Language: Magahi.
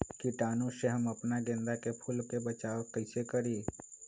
कीटाणु से हम अपना गेंदा फूल के बचाओ कई से करी?